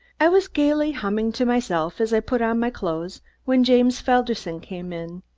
i was gaily humming to myself as i put on my clothes when james felderson came in.